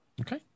okay